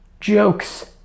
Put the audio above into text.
jokes